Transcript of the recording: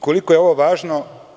Koliko je ovo važno?